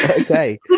okay